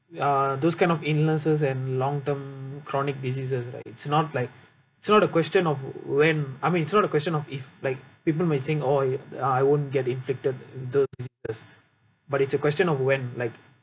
uh those kind of illnesses and long term chronic diseases like it's not like it's not a question of when I mean it's not a question of if like people may think oh ah I won't get inflicted those disease but it's a question of when like